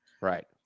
right